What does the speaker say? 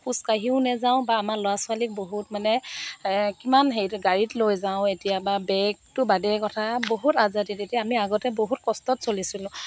খোজকাঢ়িও নেযাওঁ বা আমাৰ ল'ৰা ছোৱালীক বহুত মানে কিমান হেৰিত গাড়ীত লৈ যাওঁ এতিয়া বা বেগটো বাদেই কথা বহুত আজাদিত এতিয়া আমি আগতে বহুত কষ্টত চলিছিলোঁ